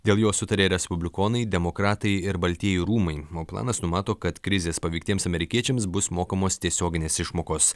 dėl jo sutarė respublikonai demokratai ir baltieji rūmai o planas numato kad krizės paveiktiems amerikiečiams bus mokamos tiesioginės išmokos